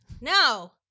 No